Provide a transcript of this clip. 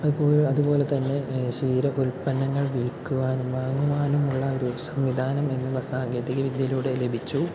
അത് അതുപോലെത്തന്നെ ക്ഷീര ഉൽപ്പന്നങ്ങൾ വിൽക്കുവാനും വാങ്ങുവാനും ഉള്ള ഒരു സംവിധാനം എന്നുള്ള സാങ്കേതികവിദ്യയിലൂടെ ലഭിച്ചു